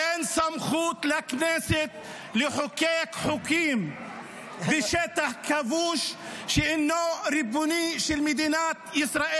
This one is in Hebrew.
אין לכנסת סמכות לחוקק חוקים בשטח כבוש שאינו ריבוני של מדינת ישראל.